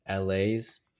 LA's